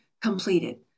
completed